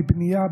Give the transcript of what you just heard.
בבנייה,